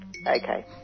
Okay